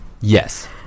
Yes